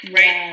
right